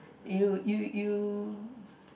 you you you